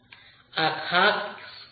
આ ખાસ કેસ છે